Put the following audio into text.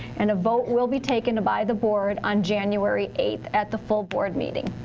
and a vote will be taken by the board on january eighth, at the full board meeting.